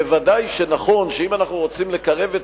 ודאי שנכון שאם אנחנו רוצים לקרב את